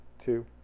two